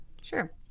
sure